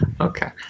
Okay